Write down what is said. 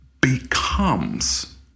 becomes